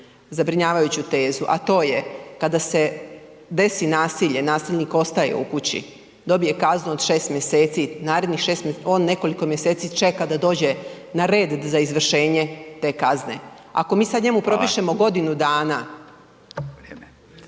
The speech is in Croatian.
zabrinjavajuću tezu, a to je kada se desi nasilje nasilnik ostaje u kući, dobije kaznu od 6 mjeseci, on nekoliko mjeseci čeka da dođe na red za izvršenje te kazne. Ako mi sada njemu propišemo godinu dana.